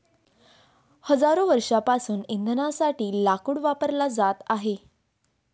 हजारो वर्षांपासून इंधनासाठी लाकूड वापरला जात आहे